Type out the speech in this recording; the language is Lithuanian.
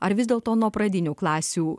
ar vis dėlto nuo pradinių klasių